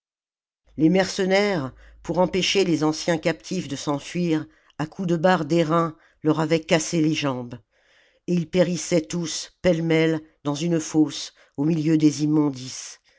les mercenaires pour empêcher les anciens captifs de s'enfuir à coups de barre d'airain leur avaient cassé les jambes et ils périssaient tous pêle-mêle dans une fosse au milieu des immondices